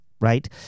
right